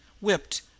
whipped